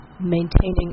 maintaining